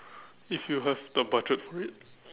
if you have the budget for it